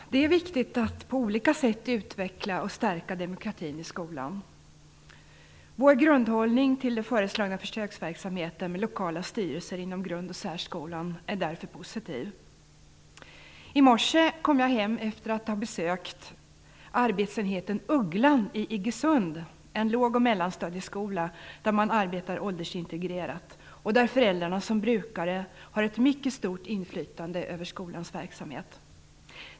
Fru talman! Det är viktigt att på olika sätt utveckla och stärka demokratin i skolan. Vår grundhållning till den föreslagna försöksverksamheten med lokala styrelser inom grund och särskolan är därför positiv. I morse kom jag hem efter att ha besökt arbetsenheten Ugglan i Iggesund, en låg och mellanstadieskola där man arbetar åldersintegrerat och där föräldrarna som brukare har ett mycket stort inflytande över skolans verksamhet.